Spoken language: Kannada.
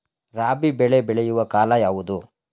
ರಾಬಿ ಬೆಳೆ ಬೆಳೆಯುವ ಕಾಲ ಯಾವುದು?